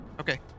Okay